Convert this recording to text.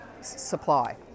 supply